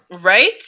right